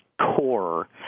core